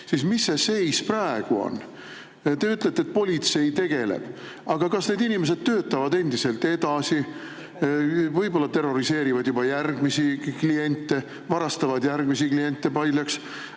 siis mis see seis praegu on. Te ütlete, et politsei tegeleb, aga kas need inimesed töötavad endiselt edasi, võib-olla terroriseerivad juba järgmisi kliente, varastavad järgmisi kliente paljaks?